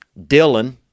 Dylan